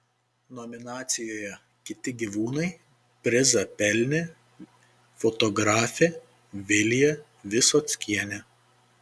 nominacijoje kiti gyvūnai prizą pelnė fotografė vilija visockienė